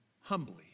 humbly